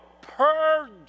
purge